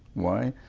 why?